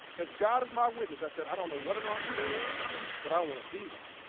as god as my witness i said, i don't know what an entrepreneur is but i want to be one.